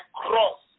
cross